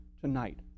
tonight